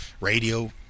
Radio